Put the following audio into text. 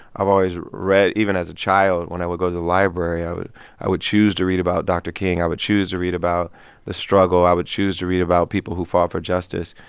i've always read even as a child when i would go to the library, i would i would choose to read about dr. king. i would choose to read about the struggle. i would choose to read about people who fought for justice.